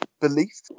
belief